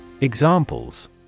Examples